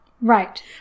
Right